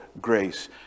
grace